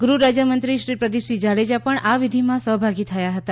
ગૃહરાજ્યમંત્રી શ્રી પ્રદીપસિંહ જાડેજા પણ આ વિધિમાં સહભાગી થયા હતા